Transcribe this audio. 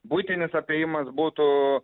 buitinis apėjimas būtų